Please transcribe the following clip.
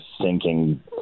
sinking